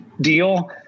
deal